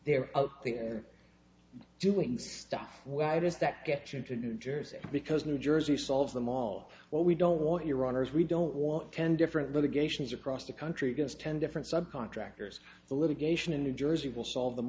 they're out there doing stuff why does that get you into new jersey because new jersey solves them all well we don't want your honour's we don't want ten different litigations across the country gives ten different subcontractors the litigation in new jersey will solve them